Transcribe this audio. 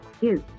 Yes